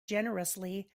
generously